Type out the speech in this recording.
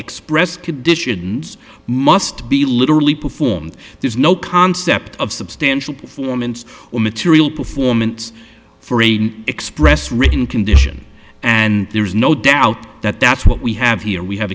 express conditions must be literally performed there's no concept of substantial performance or material performance for a express written condition and there's no doubt that that's what we have here we have